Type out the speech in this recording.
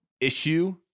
issue